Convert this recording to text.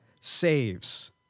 saves